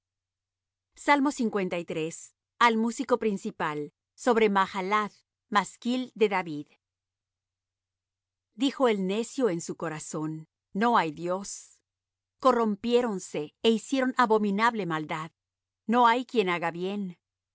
santos al músico principal sobre mahalath masquil de david dijo el necio en su corazón no hay dios corrompiéronse é hicieron abominable maldad no hay quien haga bien